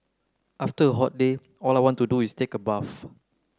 after a hot day all I want to do is take a bath